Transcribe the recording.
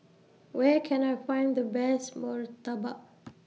Where Can I Find The Best Murtabak